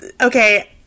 Okay